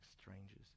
strangers